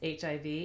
HIV